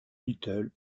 little